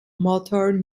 motor